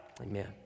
Amen